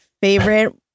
favorite